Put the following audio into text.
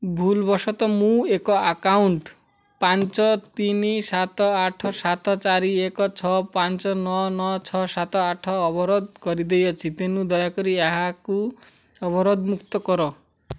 ଭୁଲବଶତଃ ମୁଁ ଏକ ଆକାଉଣ୍ଟ୍ ପାଞ୍ଚ ତିନି ସାତ ଆଠ ସାତ ଚାରି ଏକ ଛଅ ପାଞ୍ଚ ନଅ ନଅ ଛଅ ସାତ ଆଠ ଅବରୋଧ କରି ଦେଇଅଛି ତେଣୁ ଦୟାକରି ଏହାକୁ ଅବରୋଧମୁକ୍ତ କର